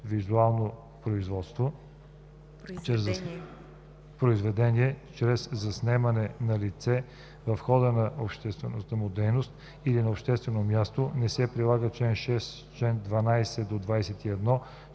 аудио-визуално произведение, чрез заснемане на лице в хода на обществената му дейност или на обществено място, не се прилагат чл. 6, чл. 12 – 21,